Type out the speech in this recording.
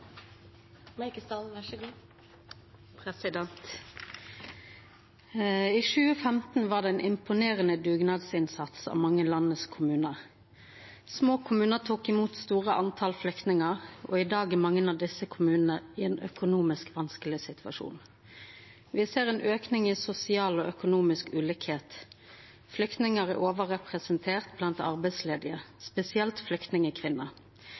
I 2015 var det en imponerende dugnadsinnsats av mange landets kommuner. Små kommuner tok imot store antall flyktninger. I dag er mange av disse kommunene i en økonomisk vanskelig situasjon. Vi ser en økning i sosial og økonomisk ulikhet. Flyktninger er overrepresentert blant arbeidsledige, spesielt flyktningkvinner.